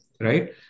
right